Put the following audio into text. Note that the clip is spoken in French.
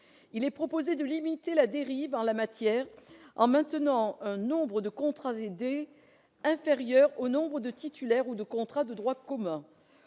ainsi proposé de limiter la dérive en la matière, en maintenant le nombre de contrats aidés sous le nombre de titulaires ou de contrats de droit commun.